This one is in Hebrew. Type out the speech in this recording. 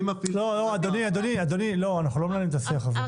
-- לא, אדוני, אנחנו לא מנהלים את השיח הזה.